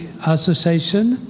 Association